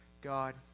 God